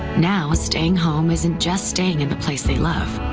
now staying home isn't just staying in the place they love.